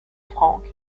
franck